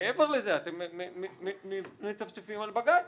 מעבר לזה, אתם מצפצפים על בג"ץ.